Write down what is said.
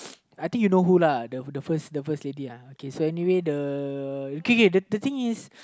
I think you know who lah the the first the first lady uh okay so anyway the uh okay K the thing is